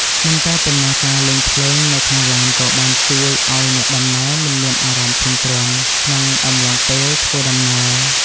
មិនតែប៉ុណ្ណោះ ការលេងភ្លេងនៅក្នុងឡានក៏បានជួយឱ្យអ្នកដំណើរមិនមានអារម្មណ៍ធុញទ្រាន់ក្នុងអំឡុងពេលធ្វើដំណើរ។